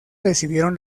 decidieron